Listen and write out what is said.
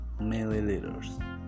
milliliters